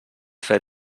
fer